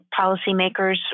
policymakers